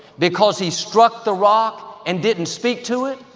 because he struck the rock and didn't speak to it,